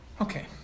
Okay